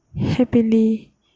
happily